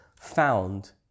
found